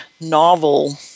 novel